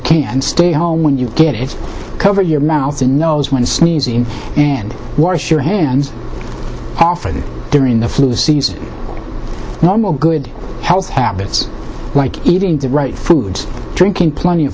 can stay home when you get it cover your mouth and nose when sneezing and wash your hands often during the flu season normal good health habits like eating the right foods drinking plenty of